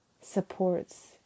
supports